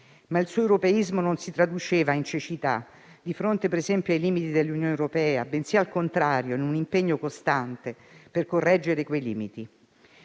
il suo europeismo si traduceva non in cecità di fronte, per esempio, ai limiti dell'Unione europea, bensì - al contrario - in un impegno costante per correggerli.